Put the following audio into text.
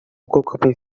كوكب